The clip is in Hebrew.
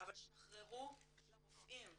אבל שחררו לרופאים,